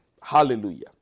Hallelujah